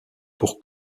pour